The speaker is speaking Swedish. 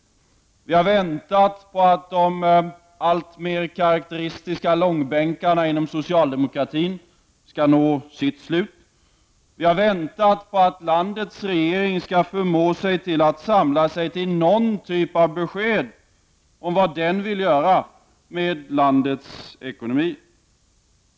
Vi har väntat på att de alltmer karakteristiska långbänkarna inom socialdemokratin skall nå sitt slut. Vi har väntat på att landets regering skall förmå sig till att samla sig till någon typ av besked om vad den vill göra med landets ekonomi.